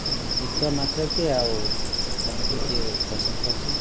ଗୀତ ନାଚକେ ଆଉ କମେଡ଼ିକେ ପସନ୍ଦ୍ କରସିଁ